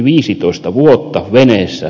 arvoisa puhemies